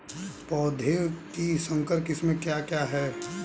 पौधों की संकर किस्में क्या क्या हैं?